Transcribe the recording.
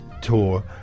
tour